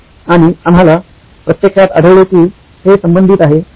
आणि आम्हाला प्रत्यक्षात आढळले की हे संबंधित आहे